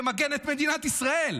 למגן את מדינת ישראל,